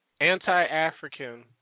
anti-African